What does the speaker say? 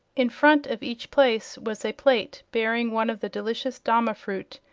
in front of each place was a plate bearing one of the delicious dama-fruit,